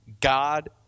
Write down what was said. God